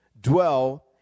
dwell